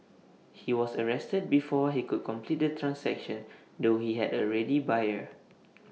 he was arrested before he could complete the transaction though he had A ready buyer